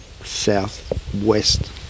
south-west